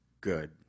good